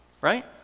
right